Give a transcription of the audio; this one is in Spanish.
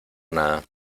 nada